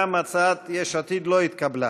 גם הצעת יש עתיד לא התקבלה.